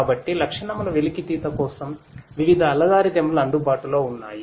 కాబట్టి లక్షణముల వెలికితీత కోసం వివిధ అల్గోరిథంలు అందుబాటులో ఉన్నాయి